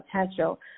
potential